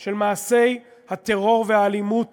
של מעשי הטרור והאלימות